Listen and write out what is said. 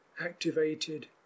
activated